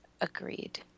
Agreed